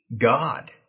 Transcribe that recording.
God